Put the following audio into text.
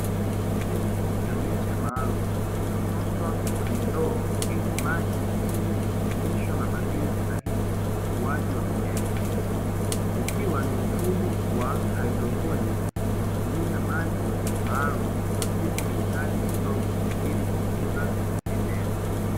Mizizi ya miche maalumu iliyotoswa kwenye ndoo yenye maji yenye virutubisho na madini stahiki kwa ukuaji wa mimea hiyo, ikiwa ni mfumo wa haidroponi unaotumia maji maalumu pasipo kuhitaji udongo ili kukuza mimea.